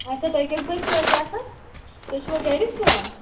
اَچھا تُہۍ کٔژِ بَجہِ چھُو اَتہِ آسان تُہۍ چھُوا گَری سُوان